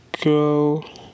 go